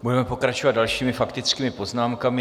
Budeme pokračovat dalšími faktickými poznámkami.